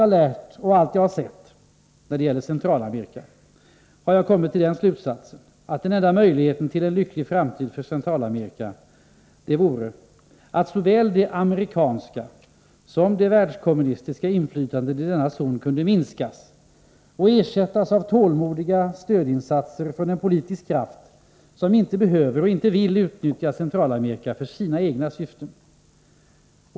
Av allt som jag har lärt och sett när det gäller Centralamerika har jag kommit till den slutsatsen att den enda möjligheten att skapa en lycklig framtid för Centralamerika är att såväl det amerikanska som det världskommunistiska inflytandet i denna zon minskas och ersätts av tålmodiga stödinsatser från en politisk kraft som inte behöver och inte vill utnyttja Centralamerika för sina egna syften.